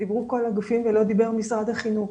דיברו כל הגופים, ולא דיבר משרד החינוך.